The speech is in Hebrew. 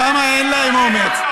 שם אין להם אומץ.